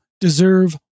deserve